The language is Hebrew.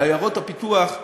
בעיירות הפיתוח,